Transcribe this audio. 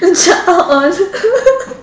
it's like all on